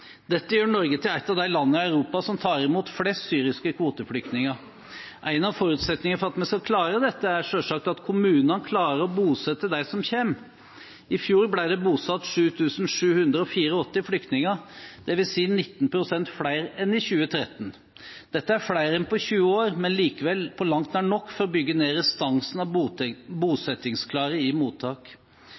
Dette gjør Norge til et av de landene i Europa som tar imot flest syriske kvoteflyktninger. En av forutsetningene for at vi skal klare dette, er selvsagt at kommunene klarer å bosette dem som kommer. I fjor ble det bosatt 7 784 flyktninger, dvs. 19 pst. flere enn i 2013. Dette er flere enn på 20 år, men ikke på langt nær nok til å bygge ned restansen av bosettingsklare i mottak.